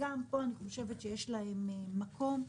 אני חושבת שגם להם יש מקום פה.